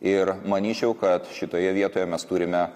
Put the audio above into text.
ir manyčiau kad šitoje vietoje mes turime